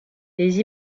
les